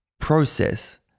process